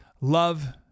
Love